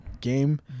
game